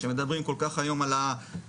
שמדברים כל כך היום על הפרויקטים.